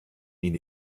ihn